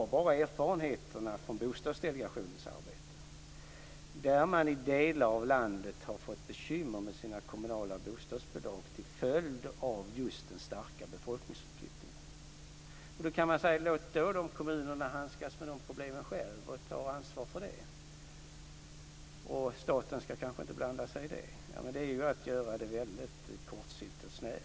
Se bara på erfarenheterna från I delar av landet har man fått bekymmer med sina kommunala bostadsbolag till följd av just den starka befolkningsutflyttningen. Då kan man låta de kommunerna själva handskas med dessa problem utan att staten blandar sig i. Men det är ett väldigt kortsiktigt och snävt synsätt.